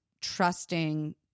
trusting